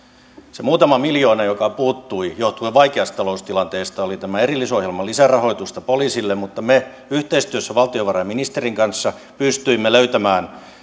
se muutama miljoona joka puuttui johtuen vaikeasta taloustilanteesta oli tämä erillisohjelma lisärahoitusta poliisille mutta me yhteistyössä valtiovarainministerin kanssa pystyimme